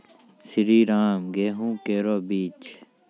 श्रीराम गेहूँ केरो बीज?